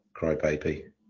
crybaby